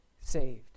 saved